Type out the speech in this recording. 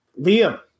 Liam